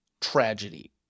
tragedy